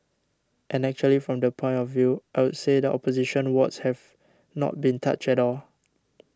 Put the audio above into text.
and actually from that point of view I would say the opposition wards have not been touched at all